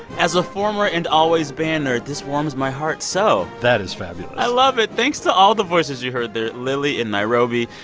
as a former and always bander, this warms my heart so that is fabulous i love it. thanks to all the voices you heard there lily in nairobi,